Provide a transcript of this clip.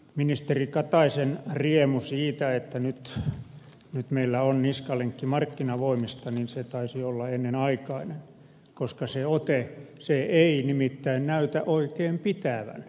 ministeri kataisen riemu siitä että nyt meillä on niskalenkki markkinavoimista taisi olla ennenaikainen koska se ote ei näytä nimittäin oikein pitävän